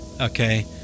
okay